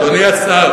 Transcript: מאות מיליוני שקלים,